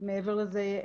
מעבר לזה,